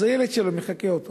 אז הילד שלו מחקה אותו,